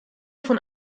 von